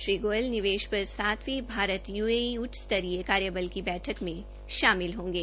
श्री गोयल निवेश पर सातवें भारत यूएई उच्च स्तरीय कार्यबल की बैठक में भी शामिल होंगे